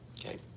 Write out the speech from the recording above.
Okay